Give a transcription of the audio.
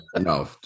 No